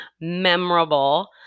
memorable